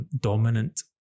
dominant